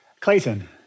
Clayton